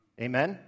Amen